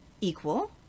equal